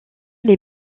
les